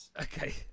Okay